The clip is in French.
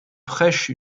prêche